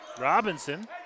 Robinson